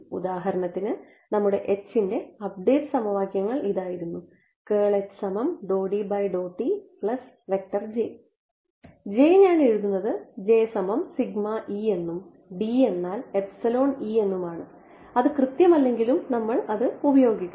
ഉദാഹരണത്തിന് നമ്മുടെ ൻറെ അപ്ഡേറ്റ് സമവാക്യങ്ങൾ ഇതായിരുന്നു ഞാൻ എഴുതുന്നത് എന്നും എന്നാൽ എന്നുമാണ് അത് കൃത്യം അല്ലെങ്കിലും നമ്മൾ അത് ഉപയോഗിക്കുന്നു